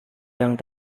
yang